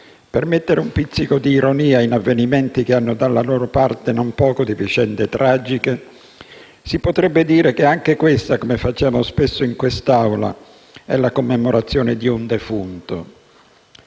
per mettere un pizzico di ironia in avvenimenti che hanno dalla loro parte non poco di vicende tragiche, si potrebbe dire che anche questa, come facciamo spesso in quest'Aula,è la commemorazione di un defunto: